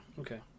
Okay